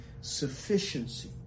sufficiency